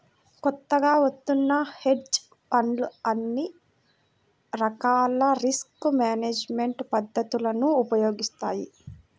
కొత్తగా వత్తున్న హెడ్జ్ ఫండ్లు అన్ని రకాల రిస్క్ మేనేజ్మెంట్ పద్ధతులను ఉపయోగిస్తాయి